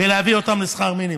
בלהביא אותם לשכר מינימום.